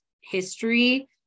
history